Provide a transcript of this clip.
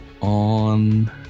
on